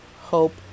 hope